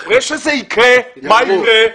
אחרי שזה יקרה, מה יקרה?